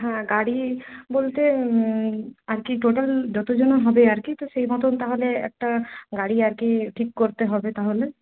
হ্যাঁ গাড়ি বলতে আর কি টোটাল যতজনের হবে আর কি তো সেই মতন তাহলে একটা গাড়ি আর কি ঠিক করতে হবে তাহলে